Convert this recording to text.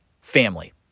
family